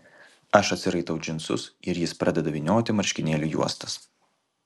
aš atsiraitau džinsus ir jis pradeda vynioti marškinėlių juostas